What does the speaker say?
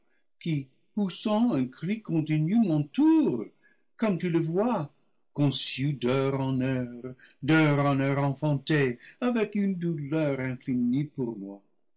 poussant un cri continu m'entourent comme tu le vois conçus d'heure en heure d'heure en heure enfantés avec une douleur infinie pour moi